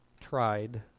tried